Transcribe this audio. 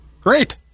Great